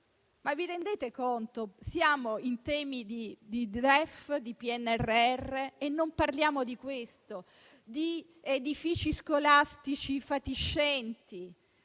Ma vi rendete conto? Stiamo parlando di DEF, di PNRR e non parliamo di questo, di edifici scolastici fatiscenti,